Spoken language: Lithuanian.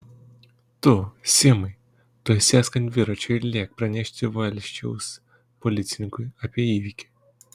tu simai tuoj sėsk ant dviračio ir lėk pranešti valsčiaus policininkui apie įvykį